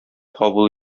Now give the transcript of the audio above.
кабул